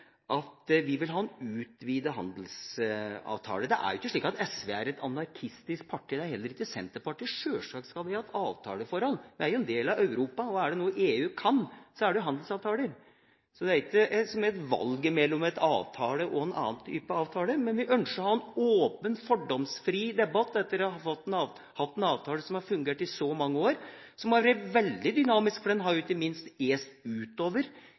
at vi vil ha en utvida handelsavtale. Det er ikke slik at SV er et anarkistisk parti. Det er heller ikke Senterpartiet. Sjølsagt skal vi ha et avtaleforhold, vi er jo en del av Europa. Og er det noe EU kan, så er det jo handelsavtaler. Så det er ikke et valg mellom en avtale og ingen avtale. Men vi ønsker å ha en åpen, fordomsfri debatt etter å ha hatt en avtale som har fungert i så mange år – som har vært veldig dynamisk. For den har jo ikke minst est utover